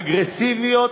ואגרסיביות,